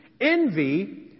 Envy